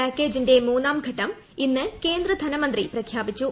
പാക്കേജിന്റെ മൂന്നാം ഘട്ടം ഇന്ന് കേന്ദ്ര ധനമന്ത്രി പ്രഖ്യാപിച്ചു